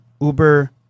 Uber